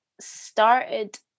started